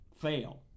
Fail